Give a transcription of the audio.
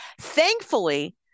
Thankfully